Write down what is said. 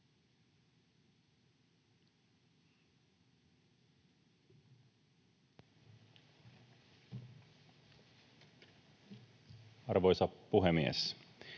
Arvoisa puhemies!